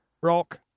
rock